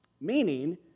Meaning